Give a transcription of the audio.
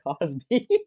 Cosby